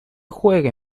juegue